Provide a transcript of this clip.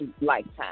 lifetime